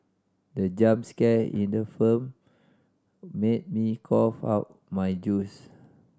the jump scare in the film made me cough out my juice